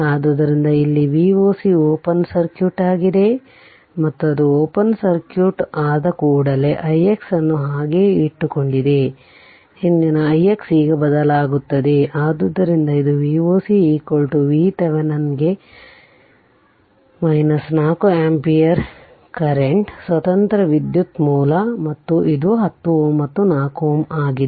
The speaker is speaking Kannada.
ಆದ್ದರಿಂದ ಇಲ್ಲಿ Voc ಓಪನ್ ಸರ್ಕ್ಯೂಟ್ ಆಗಿದೆ ಮತ್ತು ಅದು ಓಪನ್ ಸರ್ಕ್ಯೂಟ್ ಆದ ಕೂಡಲೇ ix ಅನ್ನು ಹಾಗೆಯೇ ಇಟ್ಟುಕೊಂಡಿದೆ ಹಿಂದಿನ ix ಈಗ ಬದಲಾಗುತ್ತದೆ ಆದ್ದರಿಂದ ಇದು Voc VThevenin ಗೆ ಇದು 4 ಆಂಪಿಯರ್ ಕರೆಂಟ್ ಸ್ವತಂತ್ರ ವಿದ್ಯುತ್ ಮೂಲ ಮತ್ತು ಇದು 10 Ω ಮತ್ತು 4 Ω ಆಗಿದೆ